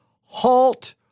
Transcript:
halt